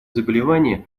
заболевания